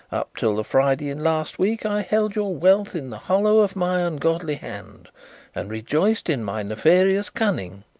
up till the friday in last week i held your wealth in the hollow of my ungodly hand and rejoiced in my nefarious cunning,